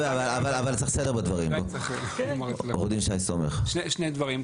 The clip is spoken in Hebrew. שני דברים.